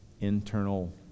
internal